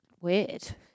weird